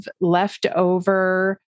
leftover